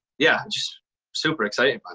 yeah, just super excited, man.